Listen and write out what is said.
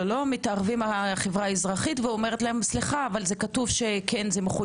החברה האזרחית מתערבת ואומרת: זה מחויב,